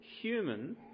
human